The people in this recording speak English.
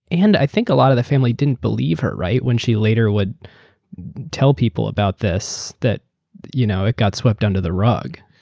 and i think a lot of the family didn't believe her when she later would tell people about this, that you know it got swept under the rug.